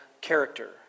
character